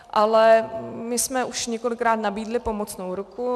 Ale my jsme už několikrát nabídli pomocnou ruku.